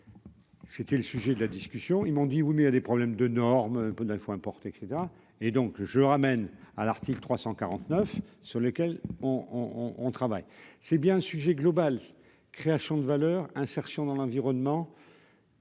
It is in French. C'était le sujet de la discussion, ils m'ont dit : vous venez à des problèmes de normes dire il faut importer et etc et donc je ramène à l'article 349 sur lequel on on travaille, c'est bien un sujet global, création de valeur insertion dans l'environnement.